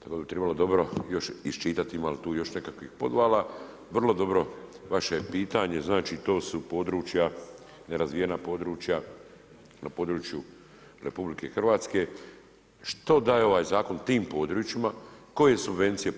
Trebalo bi dobro još iščitati imali tu još nekakvih podvala, vrlo dobro vaše je pitanje, znači to su područja, nerazvijena područja na području RH, što daje ovaj zakon tim područjima, koje su subvencije